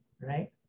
right